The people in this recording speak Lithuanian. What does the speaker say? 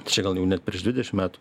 čia gal jau net prieš dvidešim metų